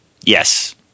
Yes